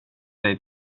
dig